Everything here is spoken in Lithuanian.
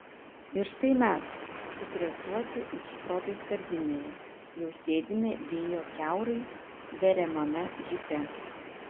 ir štai mes supresuoti it šprotai skardinėje jau sėdime vėjo kiaurai veriamame džipe